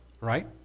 Right